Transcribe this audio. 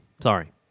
Sorry